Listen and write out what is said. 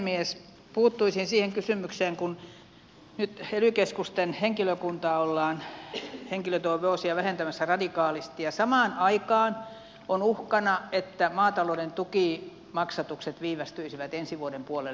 puuttuisin siihen kysymykseen kun nyt ely keskusten henkilötyövuosia ollaan vähentämässä radikaalisti ja samaan aikaan on uhkana että maatalouden tukimaksatukset viivästyisivät ensi vuoden puolelle